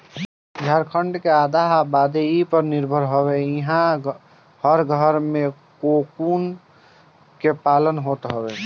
झारखण्ड के आधा आबादी इ पर निर्भर हवे इहां हर घरे में कोकून के पालन होत हवे